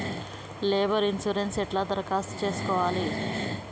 Labour insurance ఎట్ల దరఖాస్తు చేసుకోవాలే?